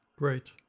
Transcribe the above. Great